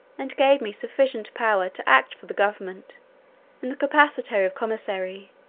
and gave me sufficient power to act for the government in the capacity of commissary,